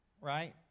right